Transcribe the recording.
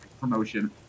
promotion